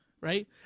right